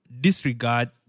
disregard